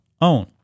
own